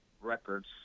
records